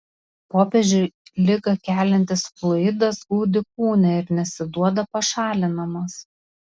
popiežiui ligą keliantis fluidas glūdi kūne ir nesiduoda pašalinamas